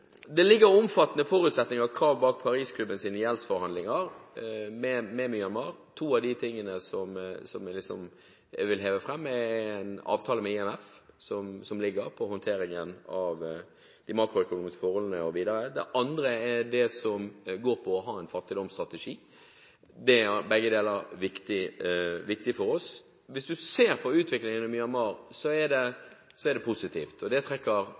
Det ligger omfattende forutsetninger og krav bak Parisklubbens gjeldsforhandlinger med Myanmar. Jeg vil framheve to ting. For det første er det en avtale med IMF om håndteringen av de makroøkonomiske forholdene osv. Det andre dreier seg om å ha en fattigdomsstrategi. Begge deler er viktig for oss. Hvis man ser på utviklingen i Myanmar, er den positiv, og det trekker alle fram. Myanmar er ikke et demokrati i dag, men det har vært betydelige lettelser på ytringsfrihetssiden. Det